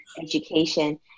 education